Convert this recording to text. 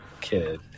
kid